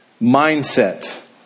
mindset